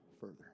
further